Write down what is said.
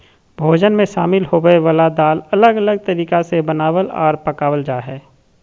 भोजन मे शामिल होवय वला दाल अलग अलग तरीका से बनावल आर पकावल जा हय